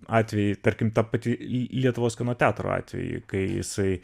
atvejį tarkim ta pati li lietuvos kino teatro atvejį kai jisai